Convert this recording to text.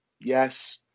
Yes